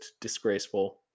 disgraceful